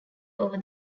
over